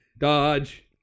Dodge